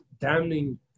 damning